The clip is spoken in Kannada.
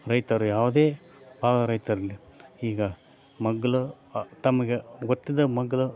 ರೈತರು ಯಾವುದೇ ಭಾಗದ ರೈತರಿರಲಿ ಈಗ ಮಗ್ಗಲು ತಮಗೆ ಗೊತ್ತಿದ್ದ ಮಗ್ಗಲ